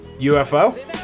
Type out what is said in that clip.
UFO